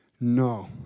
No